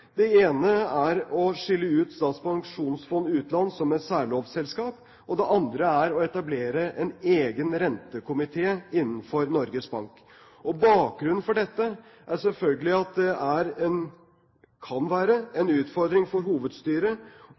ene er å skille ut Statens pensjonsfond utland som et særlovsselskap, og det andre er å etablere en egen rentekomité innenfor Norges Bank. Bakgrunnen for dette er selvfølgelig at det kan være en utfordring for hovedstyret,